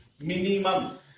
minimum